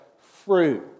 fruit